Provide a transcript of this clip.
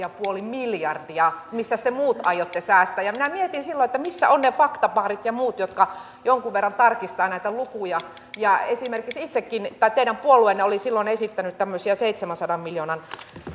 pilkku viisi miljardia mistäs te muut aiotte säästää minä mietin silloin missä ovat ne faktabaarit ja muut jotka jonkin verran tarkistavat näitä lukuja ja esimerkiksi teidän puolueenne oli silloin esittänyt tämmöisiä seitsemänsadan miljoonan